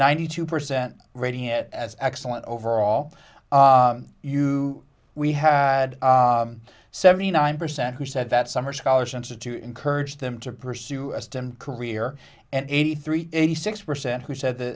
ninety two percent rating it as excellent overall you we had seventy nine percent who said that summer scholarships are to encourage them to pursue estan career and eighty three eighty six percent who said